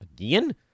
again